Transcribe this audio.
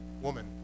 woman